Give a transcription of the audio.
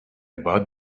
about